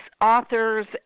authors